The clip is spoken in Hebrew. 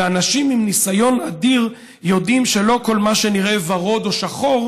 ואנשים עם ניסיון אדיר יודעים שלא כל מה שנראה ורוד או שחור